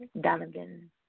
Donovan